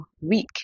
week